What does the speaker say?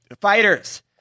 fighters